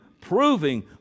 proving